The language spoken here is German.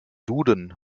duden